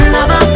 Lover